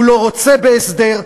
הוא לא רוצה בהסדר,